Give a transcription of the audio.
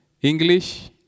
English